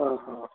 ಹಾಂ ಹಾಂ